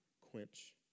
quench